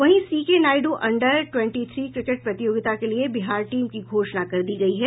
वहीं C K Naidu under twenty three cricket प्रतियोगिता के लिए बिहार टीम की घोषणा कर दी गयी है